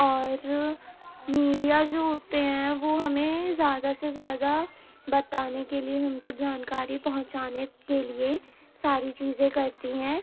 اور میڈیا جو ہوتے ہیں وہ ہمیں زیادہ سے زیادہ بتانے کے لیے ہم تک جانکاری پہنچانے کے لیے ساری چیزیں کرتی ہیں